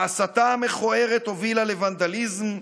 ההסתה המכוערת הובילה לוונדליזם,